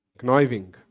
kniving